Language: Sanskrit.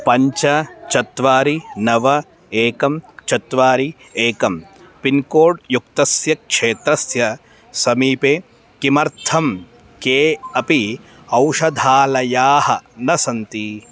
पञ्च चत्वारि नव एकं चत्वारि एकं पिन्कोड् युक्तस्य क्षेत्रस्य समीपे किमर्थं के अपि औषधालयाः न सन्ति